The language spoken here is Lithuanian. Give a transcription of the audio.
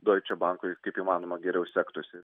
doiče bankui kaip įmanoma geriau sektųsi